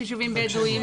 יש יישובים בדואים,